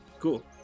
Cool